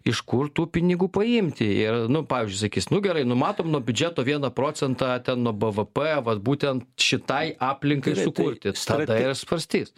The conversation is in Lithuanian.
iš kur tų pinigų paimti ir nu pavyzdžiui sakys nu gerai numatom nuo biudžeto vieną procentą ten nuo bvp vat būten šitai aplinkai sukurti tada ir svarstys